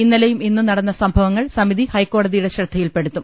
ഇന്നലെയും ഇന്നും നടന്ന സംഭവങ്ങൾ സമിതി ഹൈക്കോ ടതിയുടെ ശ്രദ്ധയിൽപ്പെടുത്തും